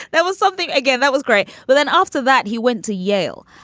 that was something. again, that was great. but then after that, he went to yale.